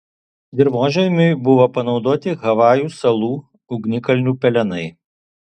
dirvožemiui buvo panaudoti havajų salų ugnikalnių pelenai